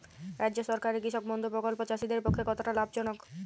রাজ্য সরকারের কৃষক বন্ধু প্রকল্প চাষীদের পক্ষে কতটা লাভজনক?